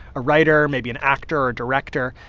a writer, maybe an actor or director,